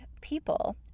people